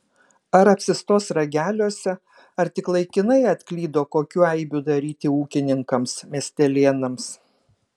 ar apsistos rageliuose ar tik laikinai atklydo kokių eibių daryti ūkininkams miestelėnams